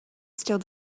still